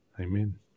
Amen